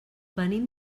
venim